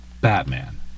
Batman